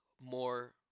more